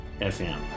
FM